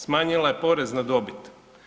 Smanjila je porez na dobit.